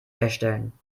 erstellen